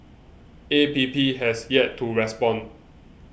A P P has yet to respond